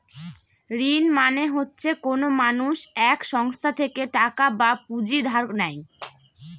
ঋণ মানে হচ্ছে কোনো মানুষ এক সংস্থা থেকে টাকা বা পুঁজি ধার নেয়